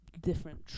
different